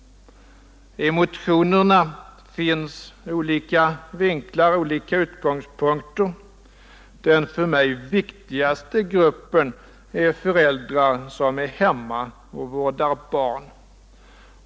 I motionerna finns olika vinklar, olika utgångspunkter. Den för mig viktigaste gruppen är föräldrar som är hemma och vårdar barn.